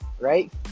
right